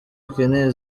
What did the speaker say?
akeneye